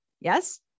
Yes